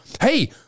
hey